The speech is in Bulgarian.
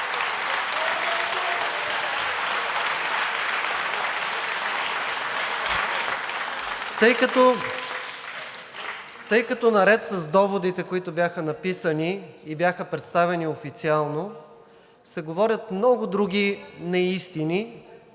Тъй като наред с доводите, които бяха написани и бяха представени официално, се говорят много други неистини